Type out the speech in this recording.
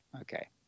Okay